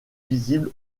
visible